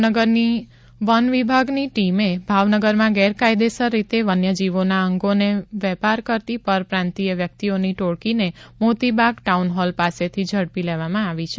ભાવનગરની વન વિભાગની ટીમે ભાવનગરમાં ગેરકાયેદસર રીતે વન્ય જીવોના અંગોને વેપાર કરતી પરપ્રાંતીય વ્યક્તિઓની ટોળકીને મોતીબાગ ટાઉનહોલ પાસેથી ઝડપી લીધી છે